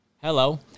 Hello